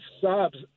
subs